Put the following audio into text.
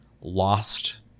lost